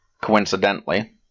coincidentally